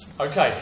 Okay